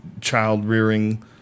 child-rearing